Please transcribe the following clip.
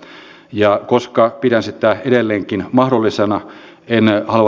tämä näkökulma on kyllä tuotava myös tässä esille koska me emme voi